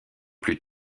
plus